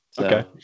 Okay